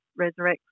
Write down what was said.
resurrects